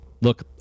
Look